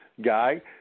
guy